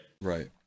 right